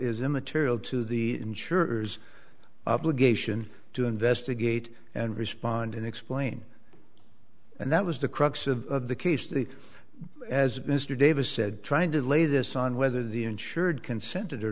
is immaterial to the insurers obligation to investigate and respond and explain and that was the crux of the case the as mr davis said trying to lay this on whether the insured consent